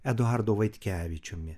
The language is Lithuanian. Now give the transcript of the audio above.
eduardu vaitkevičiumi